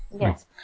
Yes